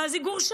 ואז היא גורשה.